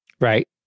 Right